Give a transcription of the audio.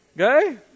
Okay